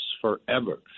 forever